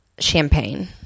champagne